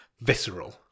visceral